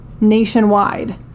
Nationwide